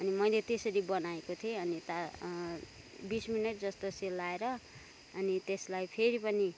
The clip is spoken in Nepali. मैले त्यसरी बनाएको थिएँ अनि बिस मिनट जस्तो सेलाएर अनि त्यसलाई फेरि पनि